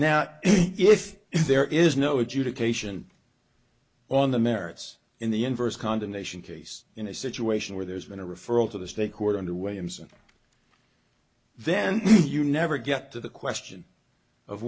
now if there is no adjudication on the merits in the inverse condemnation case in a situation where there's been a referral to the state court under way and then you never get to the question of